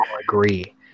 agree